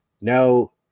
no